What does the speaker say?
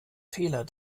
fehler